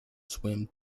swim